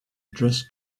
address